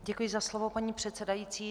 Děkuji za slovo, paní předsedající.